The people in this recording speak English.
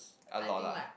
a lot lah